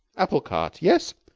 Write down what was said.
apple-cart. yes?